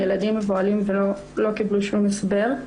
הילדים מבוהלים ולא קיבלו שום הסבר.